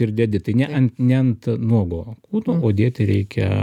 ir dedi tai ne ant ne ant nuogo kūno o dėti reikia